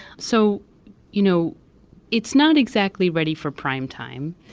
so you know it's not exactly ready for primetime,